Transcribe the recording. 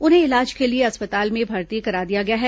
उन्हें इलाज के लिए अस्पताल में भर्ती करा दिया गया है